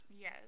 Yes